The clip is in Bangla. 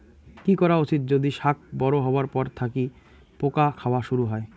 কি করা উচিৎ যদি শাক বড়ো হবার পর থাকি পোকা খাওয়া শুরু হয়?